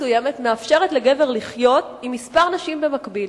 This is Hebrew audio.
מאפשרת לגבר לחיות עם כמה נשים במקביל.